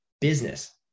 business